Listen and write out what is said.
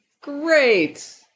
great